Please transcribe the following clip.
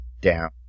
down